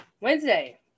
Wednesday